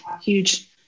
huge